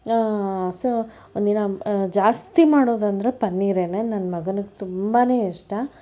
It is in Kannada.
ಸೊ ಒಂದಿನ ಜಾಸ್ತಿ ಮಾಡೋದೆಂದರೆ ಪನ್ನೀರೇನೆ ನನ್ನ ಮಗನ್ಗೆ ತುಂಬನೇ ಇಷ್ಟ